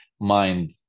mind